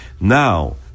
Now